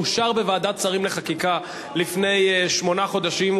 אושר בוועדת שרים לחקיקה לפני שמונה חודשים,